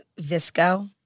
visco